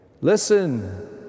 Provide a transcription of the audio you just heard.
listen